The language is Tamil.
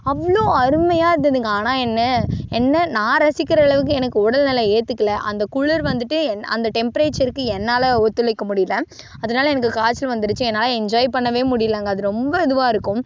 அவ்வளோ அருமையாக இருந்துதுங்க ஆனால் என்ன என்ன நான் ரசிக்கின்ற அளவுக்கு எனக்கு உடல்நலம் ஏற்றுக்கல அந்த குளிர் வந்துட்டு என் அந்த டெம்ப்ரேச்சருக்கு என்னால் ஒத்துழைக்க முடியல அதனால எனக்கு காய்ச்சல் வந்துடுச்சு என்னால் என்ஜாய் பண்ணவே முடியிலைங்க அது ரொம்ப இதுவாக இருக்கும்